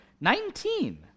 Nineteen